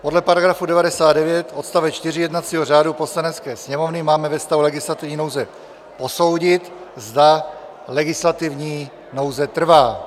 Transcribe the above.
Podle § 99 odst. 4 jednacího řádu Poslanecké sněmovny máme ve stavu legislativní nouze posoudit, zda legislativní nouze trvá.